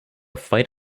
fight